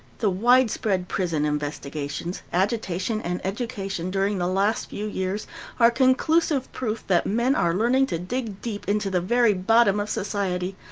the widespread prison investigations, agitation, and education during the last few years are conclusive proof that men are learning to dig deep into the very bottom of society,